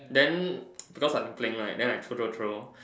then because I'm playing right then I throw throw throw